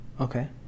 Okay